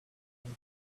high